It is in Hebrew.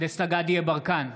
דסטה גדי יברקן,